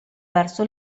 verso